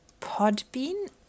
Podbean